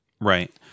Right